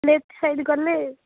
left side ଗଲେ